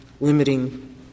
limiting